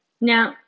Now